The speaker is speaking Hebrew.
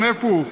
איפה הוא?